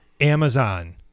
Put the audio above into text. Amazon